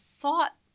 thought